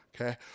Okay